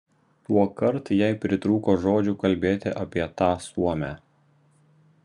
tuokart jai pritrūko žodžių kalbėti apie tą suomę